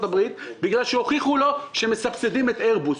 הברית בגלל שהוכיחו שמסבסדים את איירבוס.